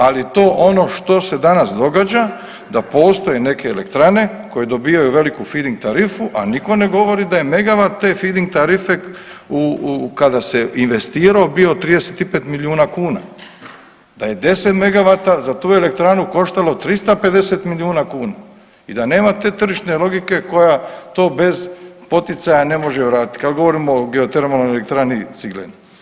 Ali to ono što se danas događa da postoje neke elektrane koje dobivaju veliku fiding tarifu a nitko ne govori da je MW te fiding tarife kada se investirao bio 35 milijuna kuna, da je 10 MW za tu elektranu koštalo 350 milijuna kuna i da nema te tržišne logike koja to bez poticaja ne može vratiti kada govorimo o geotermalnoj elektrani Cigleni.